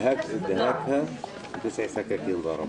שר האוצר הסכים לדברי